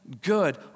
good